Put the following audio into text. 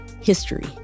history